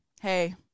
hey